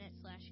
slash